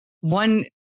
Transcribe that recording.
One